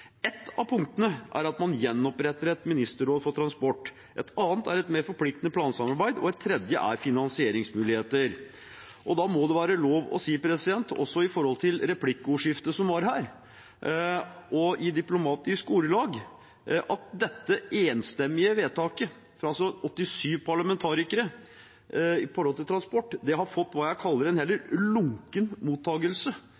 Ett av punktene er at man gjenoppretter et ministerråd for transport, et annet er et mer forpliktende plansamarbeid, og et tredje er finansieringsmuligheter. Da må det være lov å si – med tanke på replikkordskiftet som var her, og i diplomatiske ordelag – at det enstemmige vedtaket fra 87 parlamentarikere om transport har fått hva jeg kaller en